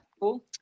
cool